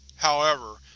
however,